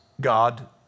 God